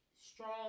strong